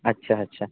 अच्छा अच्छा